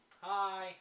Hi